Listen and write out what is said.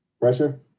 Pressure